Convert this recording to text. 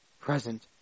present